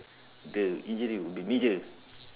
the injury will be major